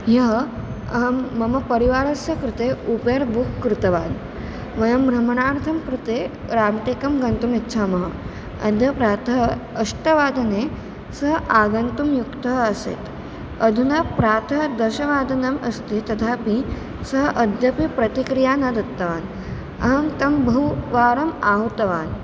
ह्यः अहं मम परिवारस्य कृते उबेर् बुक् कृतवान् वयं भ्रमणार्थं कृते राम्टेकं गन्तुम् इच्छामः अद्य प्रातः अष्टवादने सः आगन्तुं युक्तः आसीत् अधुना प्रातः दशवादनम् अस्ति तथापि सः अद्यपि प्रतिक्रिया न दत्तवान् अहं तं बहुवारम् आहुतवान्